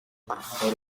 hari